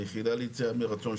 היחידה ליציאה מרצון,